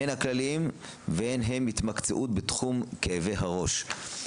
הן הכללים והן המתמקצעים בחום כאבי הראש.